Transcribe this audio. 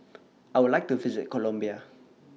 I Would like to visit Colombia